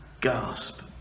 Gasp